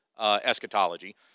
eschatology